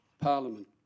Parliament